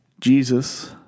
Jesus